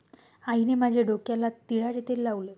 आईने माझ्या डोक्याला तिळाचे तेल लावले